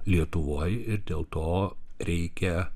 lietuvoj ir dėl to reikia